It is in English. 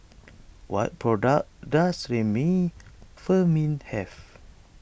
what products does Remifemin have